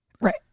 right